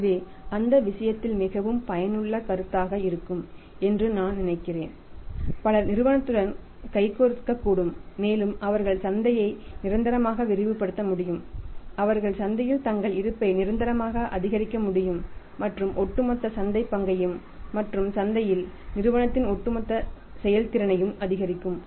எனவே அந்த விஷயத்தில் மிகவும் பயனுள்ள கருத்தாக இருக்கும் என்று நான் நினைக்கிறேன் பலர் நிறுவனத்துடன் கைகோர்க்கக்கூடும் மேலும் அவர்கள் சந்தையை நிரந்தரமாக விரிவுபடுத்த முடியும் அவர்கள் சந்தையில் தங்கள் இருப்பை நிரந்தரமாக அதிகரிக்க முடியும் மற்றும் ஒட்டுமொத்த சந்தைப் பங்கையும் மற்றும் சந்தையில் நிறுவனத்தின் ஒட்டுமொத்த செயல்திறனையும் அதிகரிக்கும்